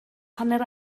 hanner